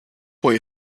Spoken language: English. way